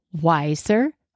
wiser